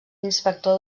inspector